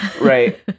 right